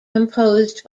composed